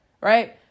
Right